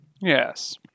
Yes